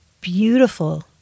beautiful